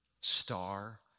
star